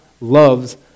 loves